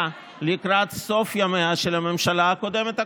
לקראת סוף ימיה של הממשלה הקודמת הקודמת.